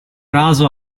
raso